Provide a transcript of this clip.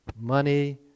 money